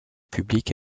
public